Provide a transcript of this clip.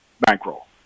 bankroll